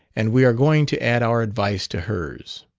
and we are going to add our advice to hers.